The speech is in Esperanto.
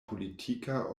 politika